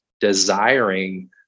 desiring